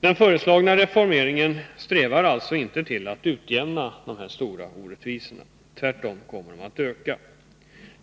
Den föreslagna reformeringen strävar alltså inte till att utjämna de stora orättvisorna. Tvärtom kommer dessa att öka.